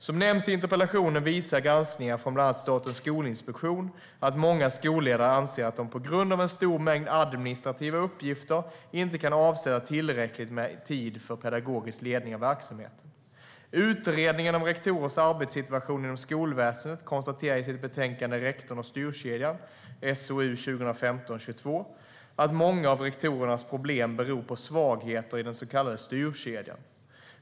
Som nämns i interpellationen visar granskningar från bland annat Statens skolinspektion att många skolledare anser att de på grund av en stor mängd administrativa uppgifter inte kan avsätta tillräckligt med tid för pedagogisk ledning av verksamheten. Utredningen om rektorernas arbetssituation inom skolväsendet konstaterar i sitt betänkande Rektorn och styrkedjan att många av rektorernas problem beror på svagheter i den så kallade styrkedjan.